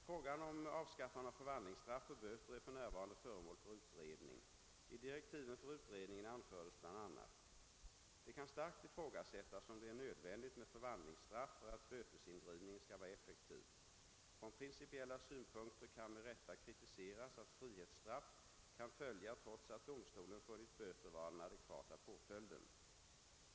Frågan om avskaffande av förvandlingsstraff för böter är för närvarande föremål för utredning. I direktiven för utredningen anfördes bl.a.: Det kan starkt ifrågasättas om det är nödvändigt med förvandlingsstraff för att bötesindrivningen skall vara effektiv. Från principiella synpunkter kan med rätta kritiseras att frihetsstraff kan följa trots att domstolen funnit böter vara den adekvata påföljden.